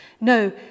No